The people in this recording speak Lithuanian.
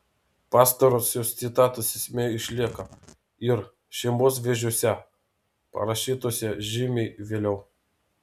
pastarosios citatos esmė išlieka ir šeimos vėžiuose parašytuose žymiai vėliau